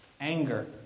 anger